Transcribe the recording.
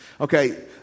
Okay